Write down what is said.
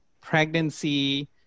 pregnancy